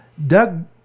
Doug